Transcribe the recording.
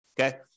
Okay